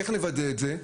איך נוודא את זה?